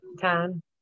time